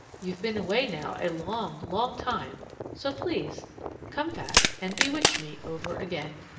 you've been away now a long, long time so, please come fast and bewitch me over again!